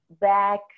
back